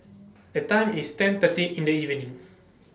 The Time IS ten thirty in The evening